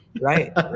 Right